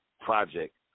project